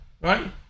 right